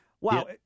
Wow